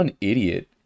idiot